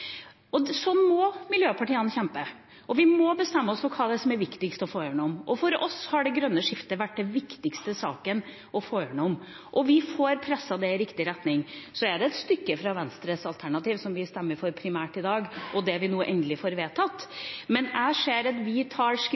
å innrømme. Sånn må miljøpartiene kjempe, og vi må bestemme oss for hva det er som er viktigst å få igjennom. For oss har det grønne skiftet vært den viktigste saken å få igjennom, og vi får presset det i riktig retning. Så er det et stykke fra Venstres alternativ, som vi stemmer for primært i dag, til det vi nå endelig får vedtatt. Men jeg ser at vi tar